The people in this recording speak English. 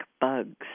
bugs